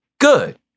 good